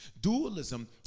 Dualism